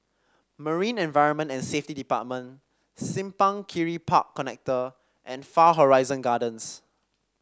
Marine Environment and Safety Department Simpang Kiri Park Connector and Far Horizon Gardens